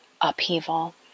upheaval